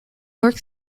york